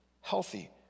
healthy